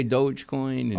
Dogecoin